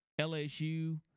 lsu